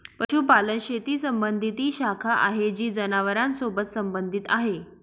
पशुपालन शेती संबंधी ती शाखा आहे जी जनावरांसोबत संबंधित आहे